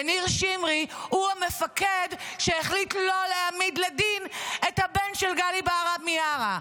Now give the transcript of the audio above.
וניר שמרי הוא המפקד שהחליט לא להעמיד לדין את הבן של גלי בהרב מיארה.